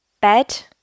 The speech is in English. Bed